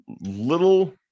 little